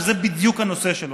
שזה בדיוק הנושא שלו,